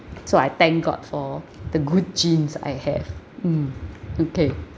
so I thank god for the good genes I have mm two K